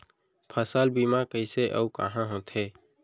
फसल बीमा कइसे अऊ कहाँ होथे?